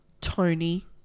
Tony